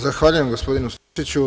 Zahvaljujem, gospodinu Stošiću.